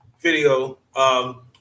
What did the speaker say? video